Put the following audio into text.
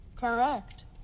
Correct